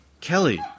Kelly